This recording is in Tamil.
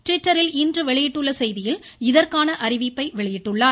டிவிட்டரில் இன்று வெளியிட்டுள்ள செய்தியில் இதற்கான அறிவிப்பை வெளியிட்டுள்ளார்